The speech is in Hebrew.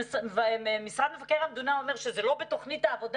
מספיק במכתב כדי שהוא יפתח,